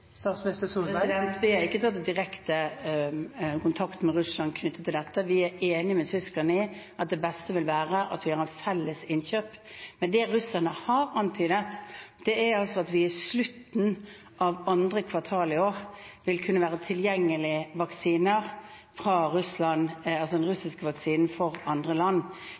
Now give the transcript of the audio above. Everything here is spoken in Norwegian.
Vi har ikke tatt direkte kontakt med Russland om dette. Vi er enig med tyskerne i at det beste vil være at vi har et felles innkjøp. Det russerne har antydet, er at ved slutten av andre kvartal i år vil den russiske vaksinen kunne være tilgjengelig for andre land. Det er på et tidspunkt da vi vil ha stor tilførsel av vaksiner